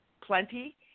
plenty